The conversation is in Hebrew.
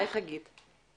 היי, חגית.